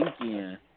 weekend